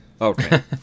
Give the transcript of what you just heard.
Okay